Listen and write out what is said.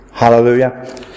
hallelujah